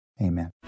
Amen